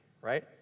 right